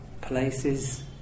places